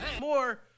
more